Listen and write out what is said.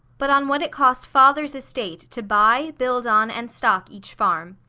but on what it cost father's estate to buy, build on, and stock each farm.